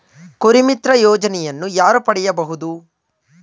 ಕುರಿಮಿತ್ರ ಯೋಜನೆಯನ್ನು ಯಾರು ಪಡೆಯಬಹುದು?